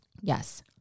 Yes